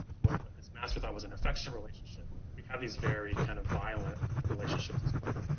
what what his master thought was an affectionate relationship. we have these very kind of violent relationships as well.